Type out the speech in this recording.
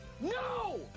No